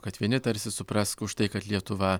kad vieni tarsi suprask už tai kad lietuva